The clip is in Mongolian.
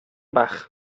байх